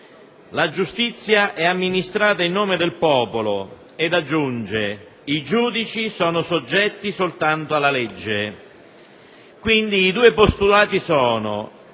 «La giustizia è amministrata in nome del popolo» e aggiunge: «I giudici sono soggetti soltanto alla legge». I due postulati sono